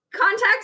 context